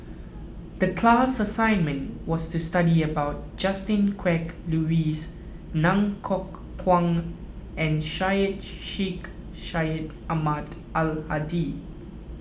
the class assignment was to study about Justin Quek Louis Ng Kok Kwang and Syed Sheikh Syed Ahmad Al Hadi